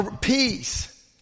Peace